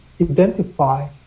identify